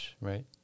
right